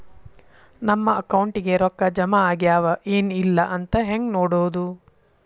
ನಮ್ಮ ಅಕೌಂಟಿಗೆ ರೊಕ್ಕ ಜಮಾ ಆಗ್ಯಾವ ಏನ್ ಇಲ್ಲ ಅಂತ ಹೆಂಗ್ ನೋಡೋದು?